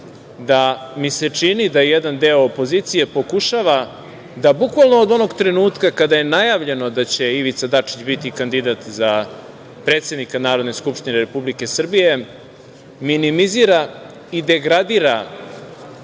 da mi se čini da jedan deo opozicije pokušava da bukvalno od onog trenutka kada je najavljeno da će Ivica Dačić biti kandidat za predsednika Narodne skupštine Republike Srbije, minimizira i degradira